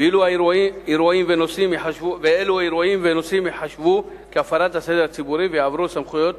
ואילו אירועים ונושאים ייחשבו כהפרת הסדר הציבורי ויעברו לסמכות